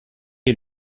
est